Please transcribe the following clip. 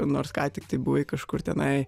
nors ką tiktai buvai kažkur tenai